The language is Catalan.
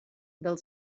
del